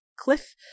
cliff